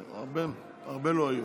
הרבה, הרבה לא היו.